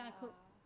ya